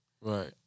Right